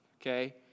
okay